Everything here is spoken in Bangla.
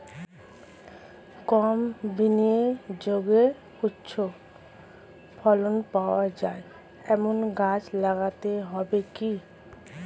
কম বিনিয়োগে উচ্চ ফলন পাওয়া যায় এমন গাছ লাগাতে হবে কি?